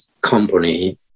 company